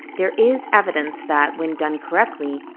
there is evidence that, when done correctly,